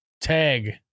Tag